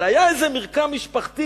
אבל היה איזה מרקם משפחתי.